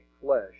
flesh